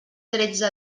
tretze